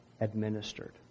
administered